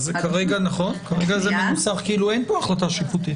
כרגע זה מנוסח כאילו אין פה החלטה שיפוטית.